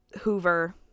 hoover